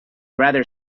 rather